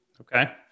Okay